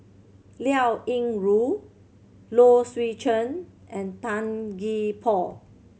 Liao Yingru Low Swee Chen and Tan Gee Paw